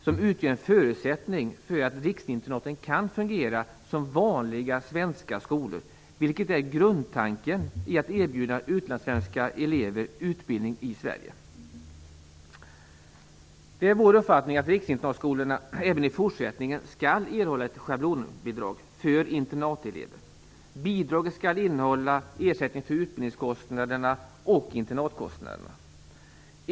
Detta utgör en förutsättning för att riksinternaten kan fungera som vanliga svenska skolor, vilket är grundtanken i att erbjuda utlandssvenska elever utbildning i Det är vår uppfattning att riksinternatskolorna även i fortsättningen skall erhålla ett schablonbidrag för internatelever. Bidraget skall innehålla ersättning för utbildningskostnaderna och internatkostnaderna.